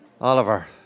Oliver